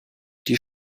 die